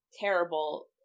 terrible